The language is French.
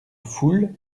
foule